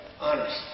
honest